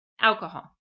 alcohol